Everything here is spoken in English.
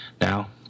now